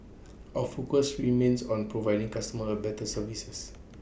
our focus remains on providing customers A better services